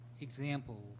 examples